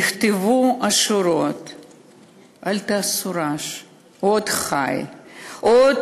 נכתבו השורות של אנה אחמטובה: "אל תעשו רעש / הוא עוד חי / הוא עוד